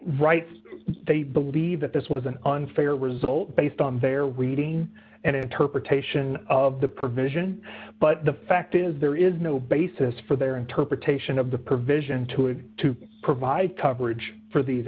rights they believe that this was an unfair result based on their reading and interpretation of the provision but the fact is there is no basis for their interpretation of the provision to have to provide coverage for these